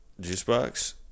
Juicebox